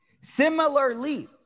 Similarly